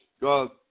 God